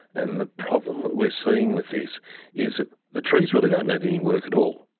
and the problem that we are seeing with this is that the trees really don't need any work at all,